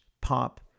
pop